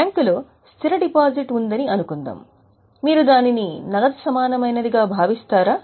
బ్యాంకులో స్థిర డిపాజిట్ ఉందని అనుకుందాం మీరు దానిని నగదు సమానమైనదిగా భావిస్తారా